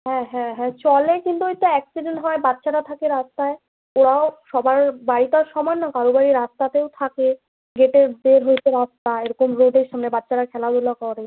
হ্যাঁ হ্যাঁ হ্যাঁ চলে কিন্তু ওই তো অ্যাক্সিডেন্ট হয় বাচ্চারা থাকে রাস্তায় ওরাও সবার বাড়ি তো আর সমান না কারো বাড়ি রাস্তাতেও থাকে গেটের হচ্ছে রাস্তা এরকম রোডের সামনে বাচ্চারা খেলাধুলা করে